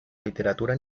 literatura